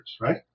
right